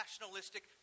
nationalistic